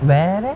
வேற:vera